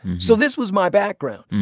so this was my background.